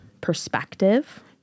perspective